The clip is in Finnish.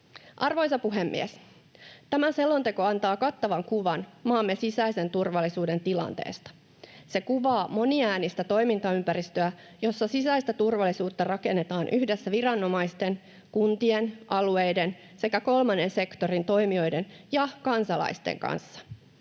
Arvoisa puhemies! Tämä selonteko antaa kattavan kuvan maamme sisäisen turvallisuuden tilanteesta. Se kuvaa moniäänistä toimintaympäristöä, jossa sisäistä turvallisuutta rakennetaan yhdessä viranomaisten, kuntien, alueiden sekä kolmannen sektorin toimijoiden ja kansalaisten kanssa.